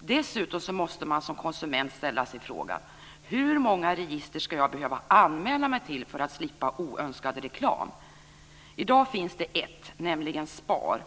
Dessutom måste man som konsument ställa sig frågan hur många register man ska behöva anmäla sig till för att slippa oönskad reklam. I dag finns det ett, nämligen SPAR.